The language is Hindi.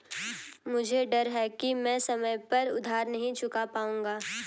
मुझे डर है कि मैं समय पर उधार नहीं चुका पाऊंगा